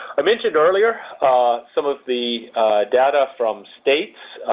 i mentioned earlier some of the data from states,